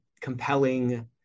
compelling